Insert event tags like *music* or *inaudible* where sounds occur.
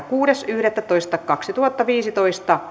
*unintelligible* kuudes yhdettätoista kaksituhattaviisitoista